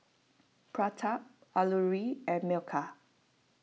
Pratap Alluri and Milkha